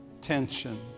tension